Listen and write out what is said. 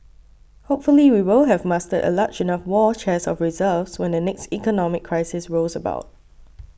hopefully we will have mustered a large enough war chest of reserves when the next economic crisis rolls about